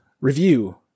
review